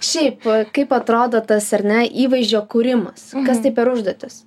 šiaip kaip atrodo tas ar ne įvaizdžio kūrimas kas tai per užduotys